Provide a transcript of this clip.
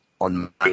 on